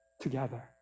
together